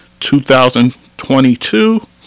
2022